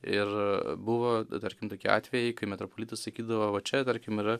ir buvo tarkim tokie atvejai kai metropolitas sakydavo va čia tarkim yra